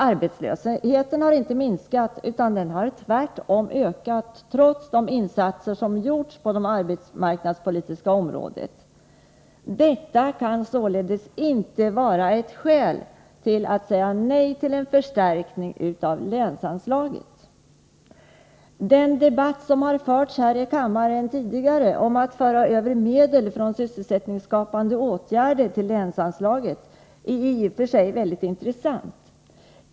Arbetslösheten har inte minskat, utan den har tvärtom ökat, trots de insatser som gjorts på det arbetsmarknadspolitiska området. Detta kan således inte vara ett skäl för att säga nej till en förstärkning av länsanslaget. Den debatt som har förts här i kammaren tidigare om att föra över medel från Sysselsättningsskapande åtgärder till länsanslaget är i och för sig mycket intressant.